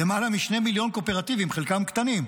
למעלה מ-2 מיליון קואופרטיבים, חלקם קטנים,